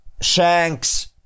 Shanks